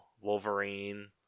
Wolverine